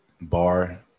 bar